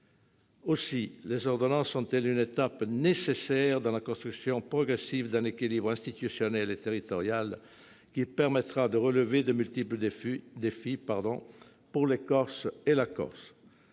Aussi les ordonnances sont-elles une étape nécessaire dans la construction progressive d'un équilibre institutionnel et territorial qui permettra de relever de multiples défis pour les Corses et pour la Corse.